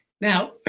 Now